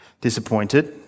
disappointed